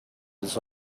his